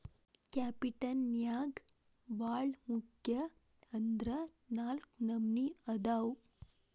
capital ನ್ಯಾಗ್ ಭಾಳ್ ಮುಖ್ಯ ಅಂದ್ರ ನಾಲ್ಕ್ ನಮ್ನಿ ಅದಾವ್